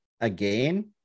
again